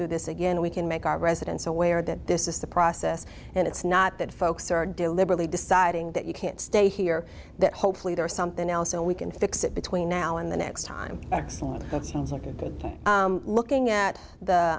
through this again we can make our residents aware that this is the process and it's not that folks are deliberately deciding that you can't stay here that hopefully there is something else so we can fix it between now and the next time excellent what seems like a big looking at the